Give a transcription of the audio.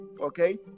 okay